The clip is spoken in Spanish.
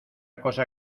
cosa